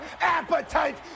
appetite